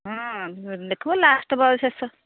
ହଁ ଦେଖିବୁ ଲାଷ୍ଟ ବେଳକୁ ଶେଷ